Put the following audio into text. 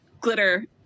glitter